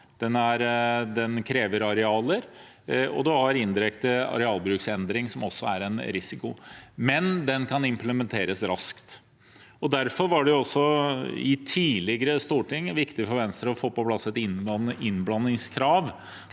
Det krever arealer, og man har indirekte arealbruksendring som en risiko, men det kan implementeres raskt. Derfor var det også i tidligere storting viktig for Venstre å få på plass et innblandingskrav